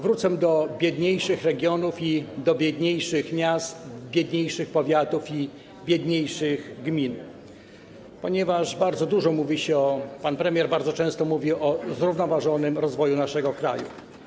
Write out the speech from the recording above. Wrócę do biedniejszych regionów i do biedniejszych miast, biedniejszych powiatów i biedniejszych gmin, ponieważ bardzo dużo mówi się, pan premier bardzo często mówi o zrównoważonym rozwoju naszego kraju.